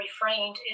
refrained